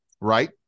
Right